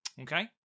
Okay